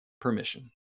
permission